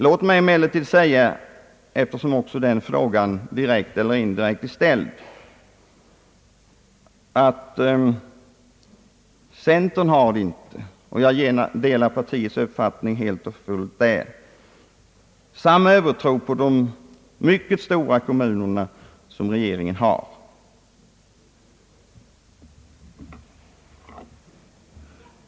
Låt mig emellertid säga, eftersom den frågan direkt eller indirekt är ställd, att centern — och jag delar partiets uppfattning helt och fullt — inte har samma övertro som regeringen på de mycket stora kommunerna. En kommun kan också bli för stor.